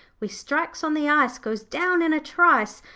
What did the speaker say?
we strikes on the ice, goes down in a trice,